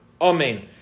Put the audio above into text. Amen